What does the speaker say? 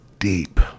deep